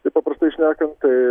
tai paprastai šnekant tai